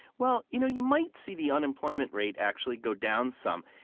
well, you know you might see the unemployment rate actually go down some.